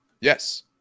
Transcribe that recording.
Yes